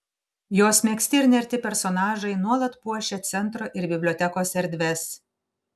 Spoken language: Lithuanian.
jos megzti ir nerti personažai nuolat puošia centro ir bibliotekos erdves